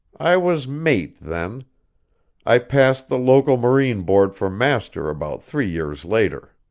i was mate then i passed the local marine board for master about three years later.